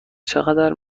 چقدر